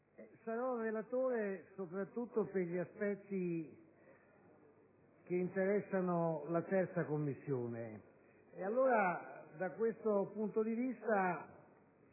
sarò relatore soprattutto per gli aspetti che interessano la 3a Commissione e, da questo punto di vista,